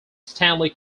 stanley